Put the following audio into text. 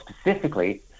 specifically